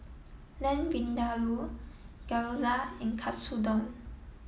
Lamb Vindaloo Gyoza and Katsudon